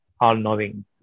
all-knowing